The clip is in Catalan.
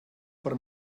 per